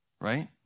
Right